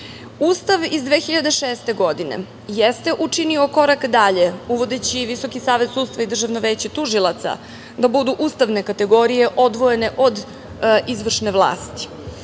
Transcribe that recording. iz 2006. godine jeste učinio korak dalje uvodeći Visoki savet sudstva i Državno veće tužilaca da budu ustavne kategorije odvojene od izvršne vlasti,